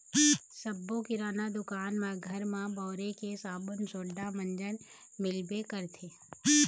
सब्बो किराना दुकान म घर म बउरे के साबून सोड़ा, मंजन मिलबे करथे